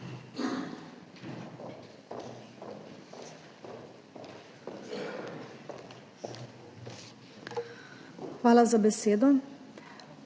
Hvala za besedo.